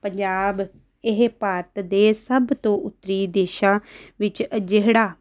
ਪੰਜਾਬ ਇਹ ਭਾਰਤ ਦੇ ਸਭ ਤੋਂ ਉੱਤਰੀ ਦੇਸ਼ਾ ਵਿੱਚ ਅ ਜਿਹੜਾ